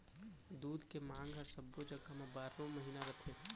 दूद के मांग हर सब्बो जघा म बारो महिना रथे